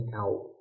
out